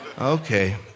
Okay